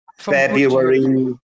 February